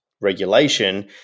regulation